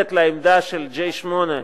מנוגדת לעמדה של ה-G8,